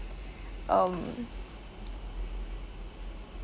um